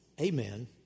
Amen